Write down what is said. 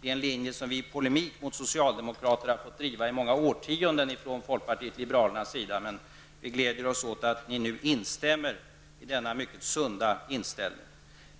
Det är en linje som vi från folkpartiet liberalerna i polemik mot socialdemokraterna drivit i många årtionden. Vi glädjer oss åt att ni nu instämmer i denna mycket sunda inställning.